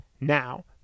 Now